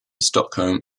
stockholm